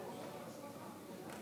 גברתי היושבת-ראש, כנסת נכבדה, באמת